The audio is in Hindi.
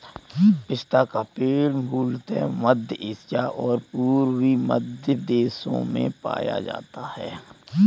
पिस्ता का पेड़ मूलतः मध्य एशिया और पूर्वी मध्य देशों में पाया जाता है